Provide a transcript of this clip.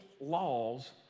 laws